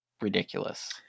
ridiculous